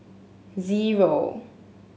zero